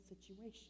situation